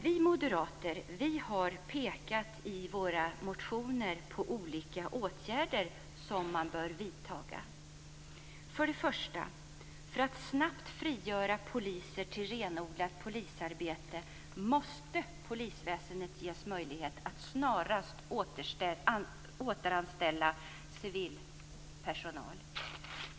Vi moderater har i våra motioner pekat på olika åtgärder som bör vidtas: · För det första måste polisväsendet för att snabbt frigöra poliser till renodlat polisarbete ges möjlighet att snarast återanställa civil personal.